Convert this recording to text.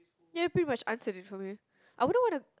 ya pretty much answer it for me I wouldn't wanna